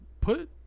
Put